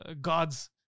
gods